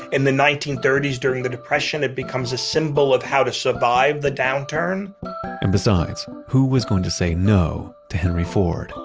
in the nineteen thirty s during the depression, it becomes a symbol of how to survive the downturn and besides who was going to say no to henry ford?